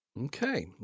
Okay